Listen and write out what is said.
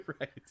right